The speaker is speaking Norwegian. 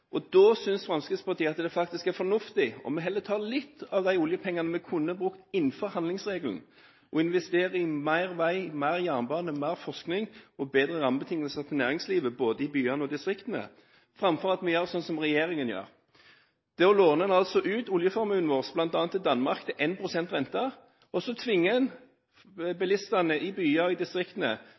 arbeidsledighet. Da synes Fremskrittspartiet det er fornuftig om vi heller tar litt av de oljepengene vi kunne brukt innenfor handlingsregelen, og investert i mer vei, mer jernbane, mer forskning og i bedre rammebetingelser til næringslivet både i byene og i distriktene, framfor å gjøre slik regjeringen gjør. Det regjeringen gjør, er å låne ut oljeformuen vår – bl.a. til Danmark – til 1 pst. rente, tvinge bilistene i byer i distriktene